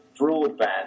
broadband